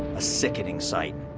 a sickening sight.